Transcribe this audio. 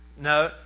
No